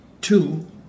two